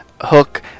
Hook